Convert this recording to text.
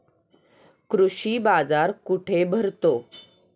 कृषी बाजार कुठे भरतो?